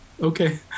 Okay